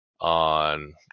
on